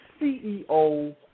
CEO